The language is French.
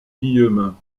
guillemin